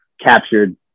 captured